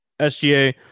SGA